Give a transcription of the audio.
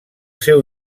seu